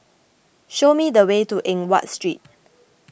show me the way to Eng Watt Street